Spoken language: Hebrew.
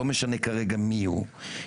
ולא משנה כרגע מי הוא,